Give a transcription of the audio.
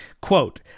quote